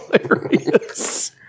hilarious